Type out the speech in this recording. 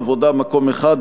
העבודה: מקום אחד.